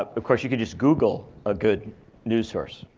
of course, you could just google a good news source,